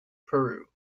peru